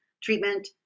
treatment